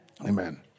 Amen